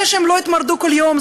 זה שהם לא התמרדו כל יום,